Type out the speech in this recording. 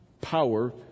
Power